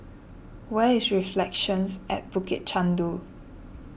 where is Reflections at Bukit Chandu